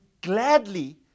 gladly